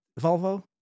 Volvo